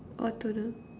what to do